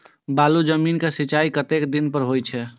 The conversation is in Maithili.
बालू जमीन क सीचाई कतेक दिन पर हो छे?